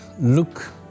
Look